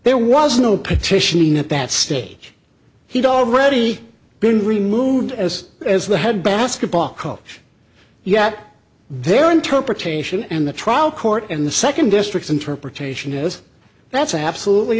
there was no petitioning at that stage he'd already been removed as as the head basketball coach yet their interpretation and the trial court in the second district interpretation is that's absolutely